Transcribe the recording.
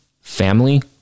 family